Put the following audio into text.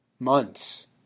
Months